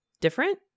different